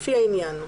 לפי העניין,